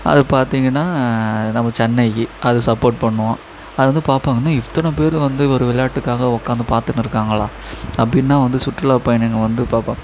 அது பார்த்தீங்கன்னா நம்ம சென்னைக்கு அது சப்போர்ட் பண்ணுவோம் அது வந்து பார்ப்பாங்க என்ன இத்தனை பேர் வந்து ஒரு விளையாட்டுக்காக உக்காந்து பார்த்துனு இருக்காங்களா அப்படின்னு வந்து சுற்றுலாப் பயணிகள் வந்து பார்ப்பாங்க